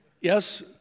yes